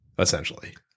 Essentially